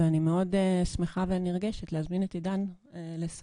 ואני מאד שמחה ונרגשת להזמין את עידן לספר